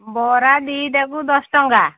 ବରା ଦୁଇଟାକୁ ଦଶ ଟଙ୍କା